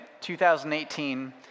2018